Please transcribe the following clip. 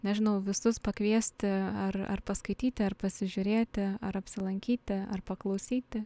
nežinau visus pakviesti ar ar paskaityti ar pasižiūrėti ar apsilankyti ar paklausyti